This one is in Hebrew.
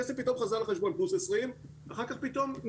הכסף פתאום חזר לחשבון ואחר כך נלקח.